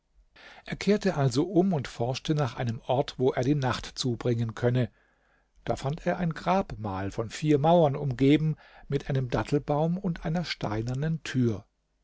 er kehrte also um und forschte nach einem ort wo er die nacht zubringen könne da fand er ein grabmal von vier mauern umgeben mit einem dattelbaum und einer steinernen tür